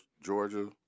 Georgia –